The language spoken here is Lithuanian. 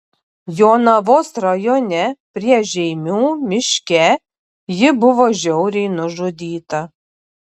jonavos rajone prie žeimių miške ji buvo žiauriai nužudyta